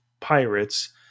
pirates